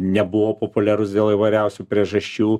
nebuvau populiarus dėl įvairiausių priežasčių